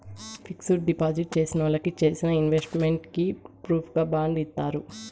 fixed deposit చేసినోళ్ళకి చేసిన investment కి ప్రూఫుగా బాండ్ ఇత్తారు